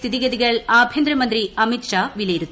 സ്ഥിതിഗതികൾ ആഭ്യന്തര മന്ത്രി അമിത് ഷാ വിലയിരുത്തി